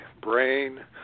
brain